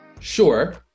Sure